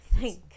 Thank